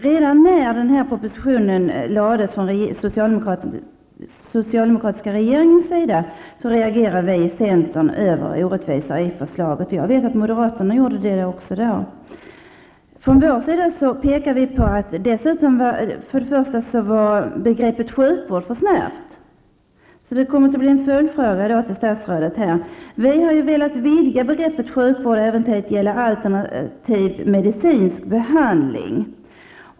Redan när den här propositionen lades av den socialdemokratiska regering, reagerade vi i centern över det orättvisa i förslaget. Jag vet att moderaterna gjorde det också då. Vi från vår sida påpekade att begreppet sjukvård var för snävt. Min följdfråga till statsrådet blir: Vi har velat vidga begreppet sjukvård till att även gälla alternativ medicinsk behandling.